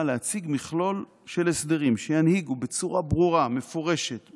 להציג מכלול של הסדרים שינהיגו בצורה ברורה מפורשת,